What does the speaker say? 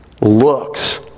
looks